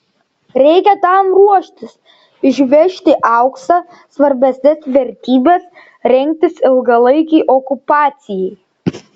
reikia tam ruoštis išvežti auksą svarbesnes vertybes rengtis ilgalaikei okupacijai